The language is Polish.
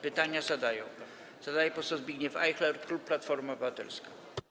Pytanie zadaje poseł Zbigniew Ajchler, klub Platforma Obywatelska.